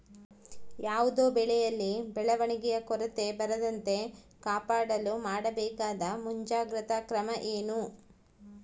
ಯಾವುದೇ ಬೆಳೆಯಲ್ಲಿ ಬೆಳವಣಿಗೆಯ ಕೊರತೆ ಬರದಂತೆ ಕಾಪಾಡಲು ಮಾಡಬೇಕಾದ ಮುಂಜಾಗ್ರತಾ ಕ್ರಮ ಏನು?